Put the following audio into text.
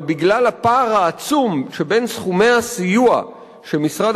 אבל בגלל הפער העצום שבין סכומי הסיוע שמשרד